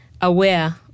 aware